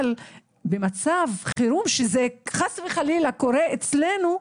אבל במצב חירום כשזה חס וחלילה קורה אצלנו,